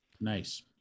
Nice